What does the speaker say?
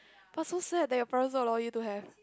but so sad that your parents don't allow you to have